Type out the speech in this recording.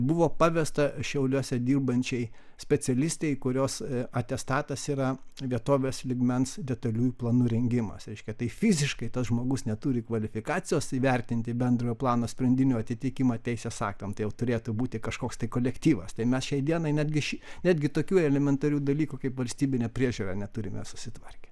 buvo pavesta šiauliuose dirbančiai specialistei kurios atestatas yra vietovės lygmens detaliųjų planų rengimas reiškia tai fiziškai tas žmogus neturi kvalifikacijos įvertinti bendrojo plano sprendinių atitikimą teisės aktams tai turėtų būti kažkoks tai kolektyvas tai mes šiai dienai netgi šį netgi tokių elementarių dalykų kaip valstybinė priežiūrą neturime susitvarkę